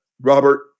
Robert